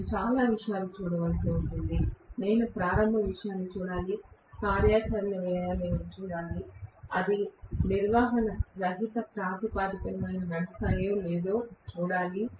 నేను చాలా విషయాలు చూడవలసి ఉంటుంది నేను ప్రారంభ వ్యయాన్ని చూడాలి కార్యాచరణ వ్యయాన్ని నేను చూడాలి అవి నిర్వహణ రహిత ప్రాతిపదికన నడుస్తాయో లేదో చూడాలి